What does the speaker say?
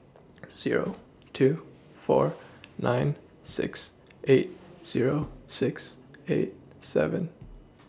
Zero two four nine six eight Zero six eight seven